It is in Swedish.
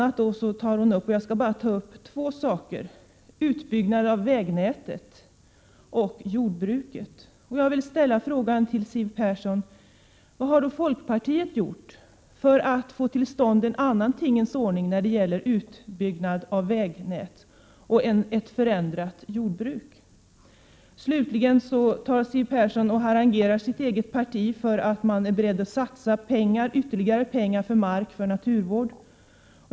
Jag vill beröra två saker av dem som hon tog upp, nämligen utbyggnaden av vägnätet och användningen av miljögifter inom jordbruket. Jag vill fråga Siw Persson: Vad har folkpartiet för att få till stånd en annan tingens ordning när det gäller utbyggnad av vägnätet och ett förändrat jordbruk? Siw Persson avslutade med att harangera sitt eget parti för att det är berett att satsa ytterligare pengar på naturvård.